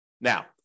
Now